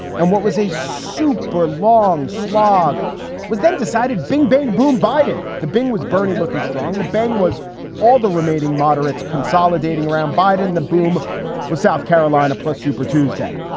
and what was a super long slog was then decided bing, bang, boom, biden. the bing was burning, looking strong. the beng was all the remaining moderates consolidating around biden. the boom was south carolina plus super tuesday.